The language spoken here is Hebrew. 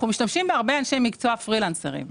אנו משתמשים בהרבה אנשי מקצוע פרילנסרים.